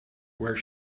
where